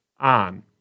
on –